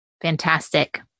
Fantastic